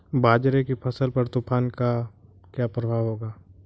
बाजरे की फसल पर तूफान का क्या प्रभाव होगा?